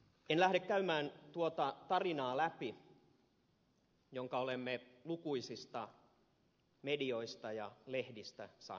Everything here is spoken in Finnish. en lähde käymään läpi tuota tarinaa jonka olemme lukuisista medioista ja lehdistä saaneet lukea